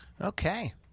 Okay